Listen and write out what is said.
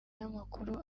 n’amakuru